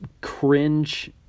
cringe